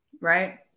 right